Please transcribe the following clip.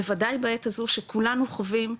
בוודאי בעת הזו שכולנו חווים,